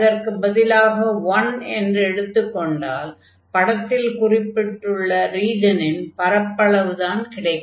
அதற்குப் பதிலாக 1 என்று எடுத்துக் கொண்டால் படத்தில் குறிப்பிட்டுள்ள ரீஜனின் பரப்பளவுதான் கிடைக்கும்